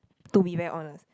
to be very honest